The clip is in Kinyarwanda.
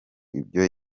ibyo